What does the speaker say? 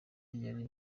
yari